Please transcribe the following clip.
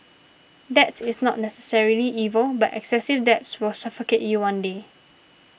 debt is not necessarily evil but excessive debts will suffocate you one day